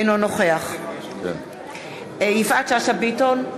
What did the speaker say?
אינו נוכח יפעת שאשא ביטון,